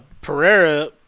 Pereira